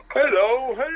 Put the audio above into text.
Hello